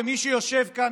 למי שיושב כאן,